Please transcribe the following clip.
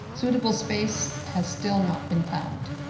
suitable space has still not been found.